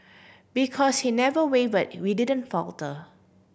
because he never waver we didn't falter